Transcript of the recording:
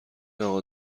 اقا